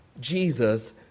Jesus